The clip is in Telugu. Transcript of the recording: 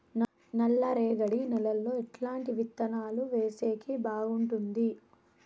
నల్లరేగడి నేలలో ఎట్లాంటి విత్తనాలు వేసేకి బాగుంటుంది?